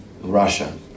Russia